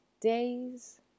days